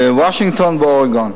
בוושינגטון ואורגון.